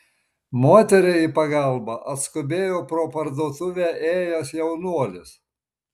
moteriai į pagalbą atskubėjo pro parduotuvę ėjęs jaunuolis